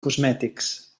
cosmètics